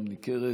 גם ניכרת,